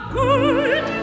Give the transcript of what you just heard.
good